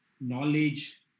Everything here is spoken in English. knowledge